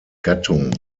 gattung